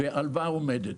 והלוואה עומדת.